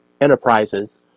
enterprises